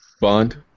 Bond